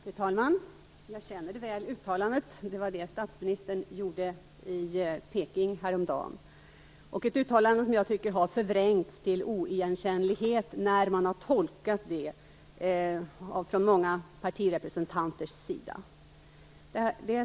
Fru talman! Jag känner väl till uttalandet. Det var det som statsministern gjorde i Peking häromdagen. Det är ett uttalande som jag tycker har förvrängts till oigenkännlighet när det har tolkats från många partirepresentanters sida.